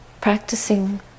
practicing